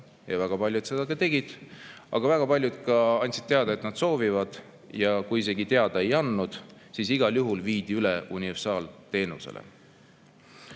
Väga paljud seda tegid. Aga väga paljud ka andsid teada, et nad soovivad [liituda], ja kui isegi teada ei andnud, siis igal juhul viidi nad universaalteenusele